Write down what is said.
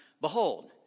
Behold